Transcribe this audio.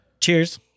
Cheers